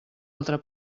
altra